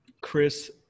Chris